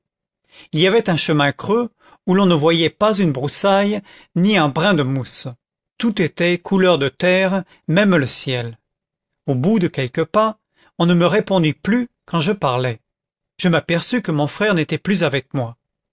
il y avait un chemin creux où l'on ne voyait pas une broussaille ni un brin de mousse tout était couleur de terre même le ciel au bout de quelques pas on ne me répondit plus quand je parlais je m'aperçus que mon frère n'était plus avec moi